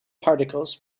particles